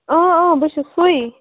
اۭں اۭں بہٕ چھَس سُے